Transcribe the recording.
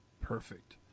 Perfect